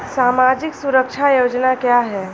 सामाजिक सुरक्षा योजना क्या है?